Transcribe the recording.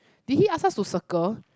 did he ask us to circle